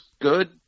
good